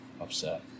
upset